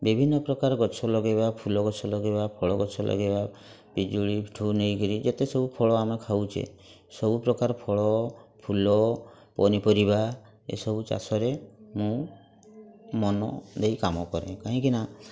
ବିଭିନ୍ନପ୍ରକାର ଗଛ ଲଗେଇବା ଫୁଲ ଗଛ ଲଗେଇବା ଫଳ ଗଛ ଲଗେଇବା ପିଜୁଳିଠୁ ନେଇକରି ଯେତେସବୁ ସବୁ ଫଳ ଆମେ ଖାଉଛେ ସବୁପ୍ରକାର ଫଳ ଫୁଲ ପନିପରିବା ଏସବୁ ଚାଷରେ ମୁଁ ମନଦେଇ କାମ କରେ କାହିଁକିନା